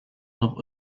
noch